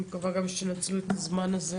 אני מקווה גם שננצל את הזמן הזה